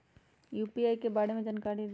UPI के बारे में जानकारी दियौ?